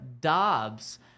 Dobbs